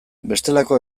bestelako